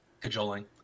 cajoling